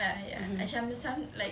mmhmm